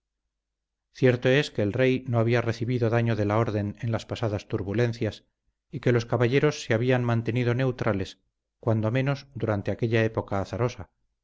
cierto es que el rey no había recibido daño de la orden en las pasadas turbulencias y que los caballeros se habían mantenido neutrales cuando menos durante aquella época azarosa